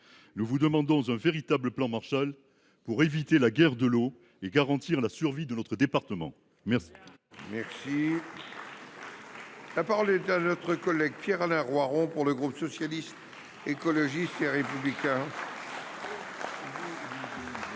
Nous vous demandons un véritable plan Marshall pour éviter la guerre de l’eau et garantir la survie de notre département ! La parole est à M. Pierre Alain Roiron, pour le groupe Socialiste, Écologiste et Républicain.